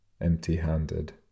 empty-handed